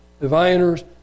diviners